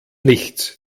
nichts